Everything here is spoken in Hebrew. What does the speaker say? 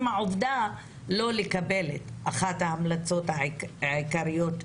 העובדה שלא לקבל את אחת ההמלצות העיקריות,